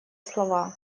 слова